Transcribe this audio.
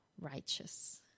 righteous